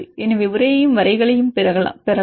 எனவே உரையையும் வரைகலையும் பெறலாம்